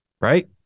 right